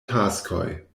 taskoj